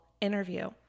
interview